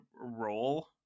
role